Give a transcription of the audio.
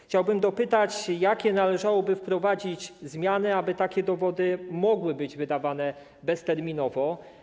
Chciałbym dopytać, jakie zmiany należałoby wprowadzić, aby takie dowody mogły być wydawane bezterminowo.